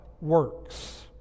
works